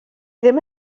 ddim